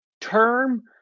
term